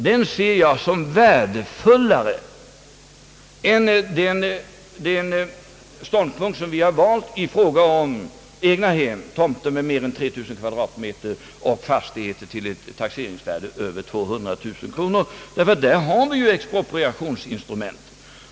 Den ser jag som värdefullare än den ståndpunkt som vi har valt i fråga om egnahem, tomter på mer än 3 000 kvadratmeter och fastigheter med ett taxeringsvärde över 200 000 kronor, därför att vi där har ett expropriationsinstrument.